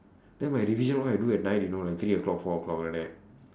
then my revision all I do at night you know three o'clock four o'clock like that